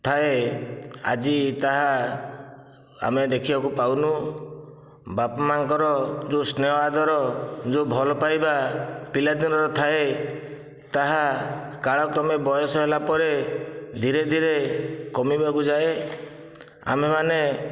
ଥାଏ ଆଜି ତାହା ଆମେ ଦେଖିବାକୁ ପାଉନାହୁଁ ବାପା ମାଆଙ୍କର ଯେଉଁ ସ୍ନେହ ଆଦର ଯେଉଁ ଭଲ ପାଇବା ପିଲାଦିନରେ ଥାଏ ତାହା କାଳକ୍ରମେ ବୟସ ହେଲା ପରେ ଧୀରେ ଧୀରେ କମିବାକୁ ଯାଏ ଆମେମାନେ